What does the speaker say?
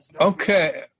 Okay